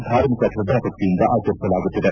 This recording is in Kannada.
ಧಾರ್ಮಿಕ ಶ್ರದ್ಮಾಭಕ್ತಿಯಿಂದ ಆಚರಿಸಲಾಗುತ್ತಿದೆ